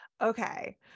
Okay